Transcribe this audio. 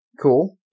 Cool